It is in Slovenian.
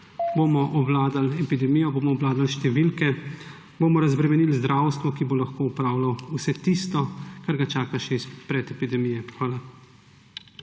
bomo obvladali epidemijo, bomo obvladali številke, bomo razbremenili zdravstvo, ki bo lahko opravilo vse tisto, kar ga čaka še iz časa pred epidemijo. Hvala.